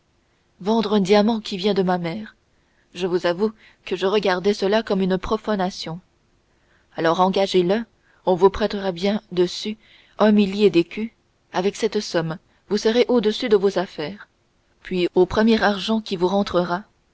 vendre un diamant qui vient de ma mère je vous avoue que je regarderais cela comme une profanation alors engagez la on vous prêtera bien dessus un millier d'écus avec cette somme vous serez au-dessus de vos affaires puis au premier argent qui vous rentrera